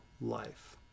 life